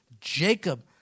Jacob